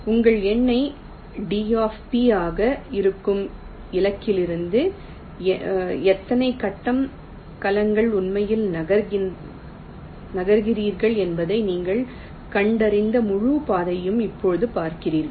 உங்கள் எண்ணை d ஆக இருக்கும் இலக்கிலிருந்து எத்தனை கட்டம் கலங்கள் உண்மையில் நகர்கிறீர்கள் என்பதை நீங்கள் கண்டறிந்த முழு பாதையையும் இப்போது பார்க்கிறீர்கள்